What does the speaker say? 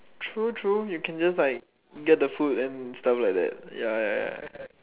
true true you can just like get the food and stuff like that ya ya ya